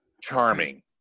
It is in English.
charming